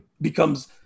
becomes –